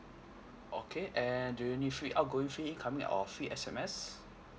okay and do you need free outgoing free incoming or free S_M_S